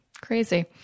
Crazy